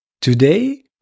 Today